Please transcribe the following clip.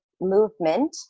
movement